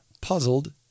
Puzzled